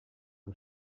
que